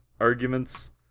arguments